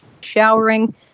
showering